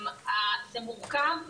זה מורכב,